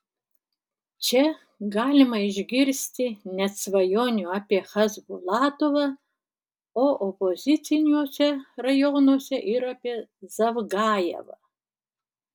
čia galima išgirsti net svajonių apie chasbulatovą o opoziciniuose rajonuose ir apie zavgajevą